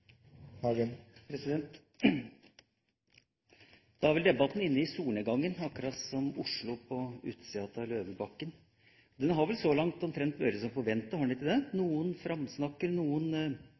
Da er debatten inne i solnedgangen, akkurat som Oslo på utsida av Løvebakken. Den har vel så langt omtrent vært som forventet, har den ikke det? Noen framsnakker, og noen